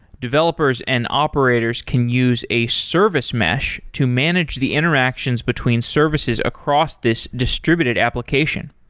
developers and operators can use a service mesh to manage the interactions between services across this distributed application.